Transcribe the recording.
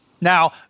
Now